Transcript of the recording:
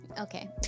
Okay